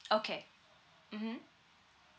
okay mmhmm